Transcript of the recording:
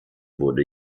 wurde